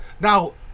Now